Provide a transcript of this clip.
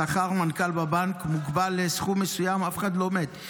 שכר מנכ"ל בבנק מוגבל לסכום מסוים, אף אחד לא מת.